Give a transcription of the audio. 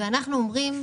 אנחנו אומרים,